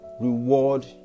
reward